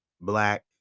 black